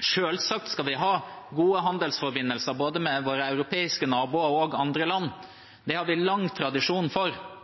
Selvsagt skal vi ha gode handelsforbindelser, både med våre europeiske naboer og med andre land. Det har vi lang tradisjon for.